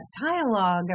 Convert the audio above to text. dialogue